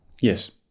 yes